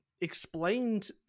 explained